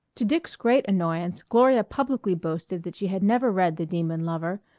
to dick's great annoyance gloria publicly boasted that she had never read the demon lover,